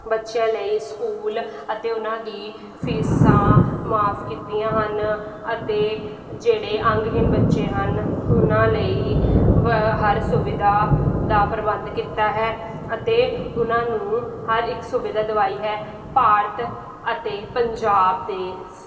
ਬੱਚਿਆਂ ਲਈ ਸਕੂਲ ਅਤੇ ਉਨ੍ਹਾਂ ਦੀ ਫੀਸਾਂ ਮਾਫ ਕੀਤੀਆਂ ਹਨ ਅਤੇ ਜਿਹੜੇ ਅੰਗਹੀਣ ਬੱਚੇ ਹਨ ਉਨ੍ਹਾਂ ਲਈ ਹਰ ਸੁਵਿਧਾ ਦਾ ਪ੍ਰਬੰਧ ਕੀਤਾ ਹੈ ਅਤੇ ਉਹਨਾਂ ਨੂੰ ਹਰ ਇੱਕ ਸੁਵਿਧਾ ਦਵਾਈ ਹੈ ਭਾਰਤ ਅਤੇ ਪੰਜਾਬ ਦੇ